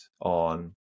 on